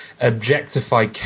objectify